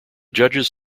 judges